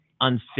unfit